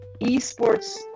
esports